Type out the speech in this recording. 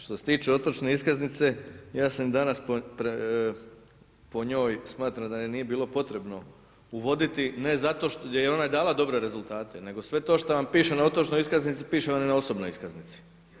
Što se tiče otočne iskaznice, ja sam po njoj, smatram da je nije bilo potrebno uvoditi ne zato što, jer ona je dala dobre rezultate, nego sve to šta vam piše na otočnoj iskaznici, piše vam i na osobnoj iskaznici.